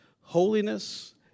holiness